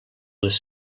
les